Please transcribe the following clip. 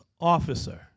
officer